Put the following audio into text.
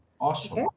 Awesome